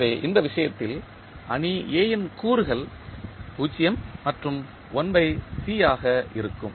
எனவே இந்த விஷயத்தில் அணி A ன் கூறுகள் 0 மற்றும் ஆக இருக்கும்